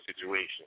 situation